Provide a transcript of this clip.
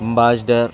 ambassador